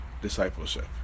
discipleship